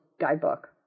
guidebook